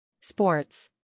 Sports